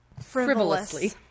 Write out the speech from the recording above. Frivolously